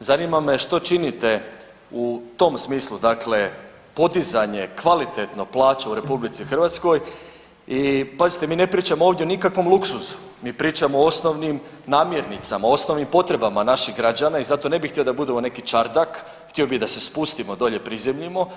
Zanima me što činite u tom smislu, dakle podizanje kvalitetno plaće u RH i pazite mi ne pričamo ovdje o nikakvom luksuzu, mi pričamo o osnovnim namirnicama, o osnovnim potrebama naših građana i zato ne bi htio da budemo neki čardak, htio bi da se spustimo dolje, prizemljimo